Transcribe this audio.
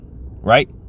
Right